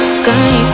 sky